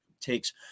takes